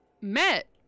met